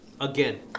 again